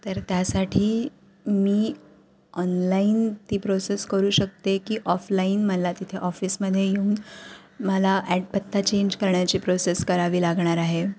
तर त्यासाठी मी ऑनलाईन ती प्रोसेस करू शकते की ऑफलाईन मला तिथे ऑफिसमध्ये येऊन मला ॲड पत्ता चेंज करण्याची प्रोसेस करावी लागणार आहे